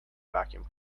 vacuum